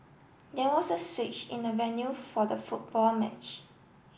there was a switch in the venue for the football match